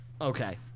Okay